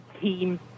team